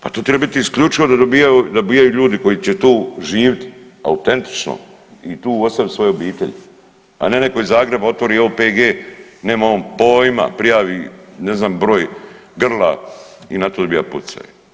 Pa to treba biti isključivo da dobijaju ljudi koji će to živjet autentično i tu ostaviti svoje obitelji, a neko iz Zagreba otvori OPG nema on pojma, prijavi ne znam broj grla i na to dobija poticaje.